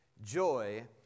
joy